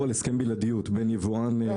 על הסכמי בלעדיות בין היבואן הישיר ליצרן.